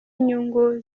inyungu